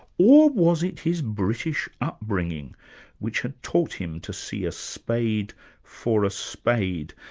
or was it his british upbringing which had taught him to see a spade for a spade.